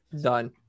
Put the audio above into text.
done